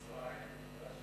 יש את מצרים.